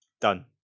Done